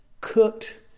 cooked